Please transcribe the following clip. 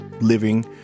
living